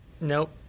Nope